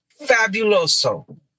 fabuloso